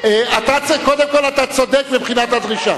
קודם כול, אתה צודק מבחינת הדרישה.